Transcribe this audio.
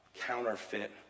counterfeit